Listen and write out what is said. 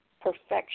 perfection